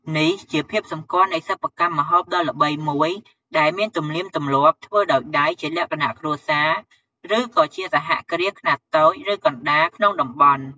នេះជាភាពសម្គាល់នៃសិប្បកម្មម្ហូបដ៏ល្បីមួយ ដែលមានទំនៀមទម្លាប់ធ្វើដោយដៃជាលក្ខណៈគ្រួសារឬក៏ជាសហគ្រាសខ្នាតតូចឬកណ្ដាលក្នុងតំបន់។